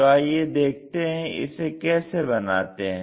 तो आइये देखते हैं इसे कैसे बनाते हैं